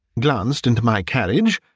glanced into my carriage,